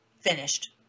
finished